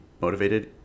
motivated